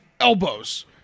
Elbows